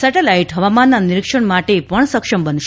satellite હવામાનના નિરીક્ષણ માટે પણ સક્ષમ બનશે